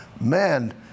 man